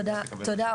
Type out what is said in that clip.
תודה,